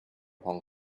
hong